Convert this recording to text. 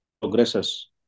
progresses